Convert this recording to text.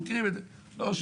למרות